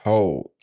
Hold